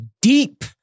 Deep